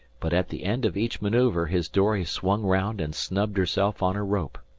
but at the end of each maneuver his dory swung round and snubbed herself on her rope.